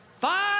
Five